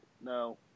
no